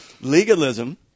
Legalism